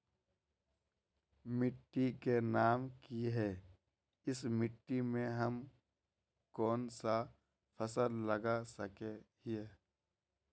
मिट्टी के नाम की है इस मिट्टी में हम कोन सा फसल लगा सके हिय?